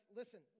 listen